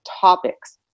topics